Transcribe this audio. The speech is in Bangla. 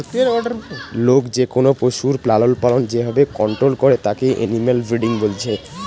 লোক যেকোনো পশুর লালনপালন যে ভাবে কন্টোল করে তাকে এনিম্যাল ব্রিডিং বলছে